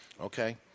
Okay